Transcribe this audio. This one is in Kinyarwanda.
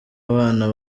abana